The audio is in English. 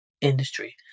industry